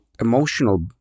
emotional